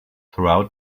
throughout